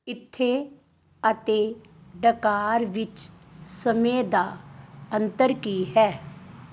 ਇੱਥੇ ਅਤੇ ਡਕਾਰ ਵਿੱਚ ਸਮੇਂ ਦਾ ਅੰਤਰ ਕੀ ਹੈ